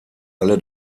alle